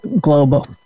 global